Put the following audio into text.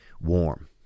warm